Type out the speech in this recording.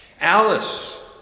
Alice